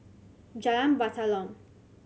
Jalan Batalong